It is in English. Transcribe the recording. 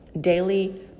daily